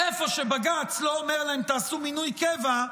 איפה שבג"ץ לא אומר להם: תעשו מינוי קבע,